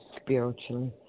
spiritually